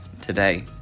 today